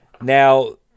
now